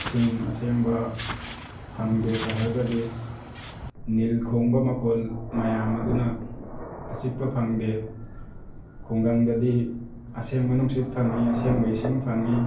ꯏꯁꯤꯡ ꯑꯁꯦꯡꯕ ꯐꯪꯗꯦ ꯁꯍꯔꯗꯗꯤ ꯅꯤꯜ ꯈꯣꯡꯕ ꯃꯈꯣꯜ ꯃꯌꯥꯝ ꯑꯗꯨꯅ ꯑꯆꯤꯛꯄ ꯐꯪꯗꯦ ꯈꯨꯡꯒꯪꯗꯗꯤ ꯑꯁꯦꯡꯕ ꯅꯨꯡꯁꯤꯠ ꯐꯪꯉꯤ ꯑꯁꯦꯡꯕ ꯏꯁꯤꯡ ꯐꯪꯉꯤ